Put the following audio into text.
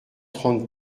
trente